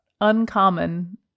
uncommon